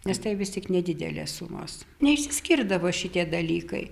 nes tai vis tik nedidelės sumos neišsiskirdavo šitie dalykai